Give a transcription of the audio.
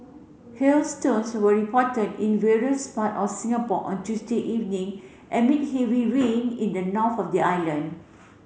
hailstones were reported in various part of Singapore on Tuesday evening amid heavy rain in the north of the island